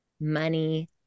money